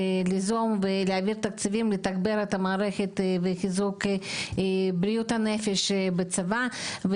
ליזום ולהעביר תקציבים לתגבר את המערכת בחיזוק בריאות הנפש בצבא,